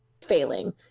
failing